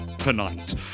Tonight